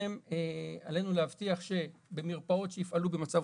עלינו להבטיח שבמרפאות שיפעלו במצב